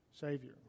Savior